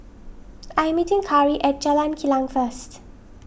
I am meeting Khari at Jalan Kilang first